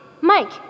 Mike